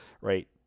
right